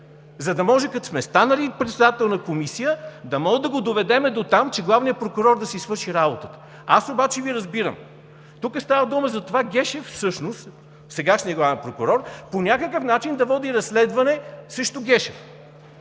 за да може, като сме станали председател на комисия, да можем да го доведем дотам, че главният прокурор да си свърши работата! Аз обаче Ви разбирам. Тук става дума за това Гешев всъщност, сегашният главен прокурор, по някакъв начин да води разследване срещу Гешев,